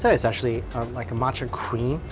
so it's actually like a matcha cream,